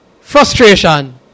frustration